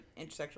intersexual